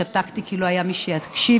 שתקתי כי לא היה מי שיקשיב,